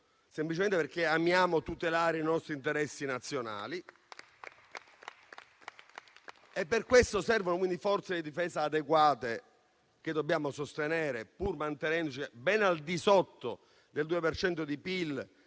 semplicemente perché amiamo tutelare i nostri interessi nazionali. E, per questo, servono forze di difesa adeguate, che dobbiamo sostenere, pur mantenendoci ben al di sotto del 2 per